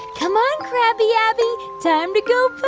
come on, crabby abby, time to go